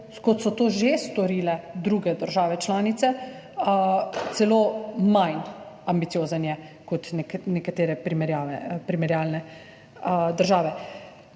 kot so to že storile druge države članice, celo manj ambiciozen je kot nekatere primerjalne države.